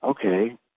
Okay